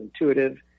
intuitive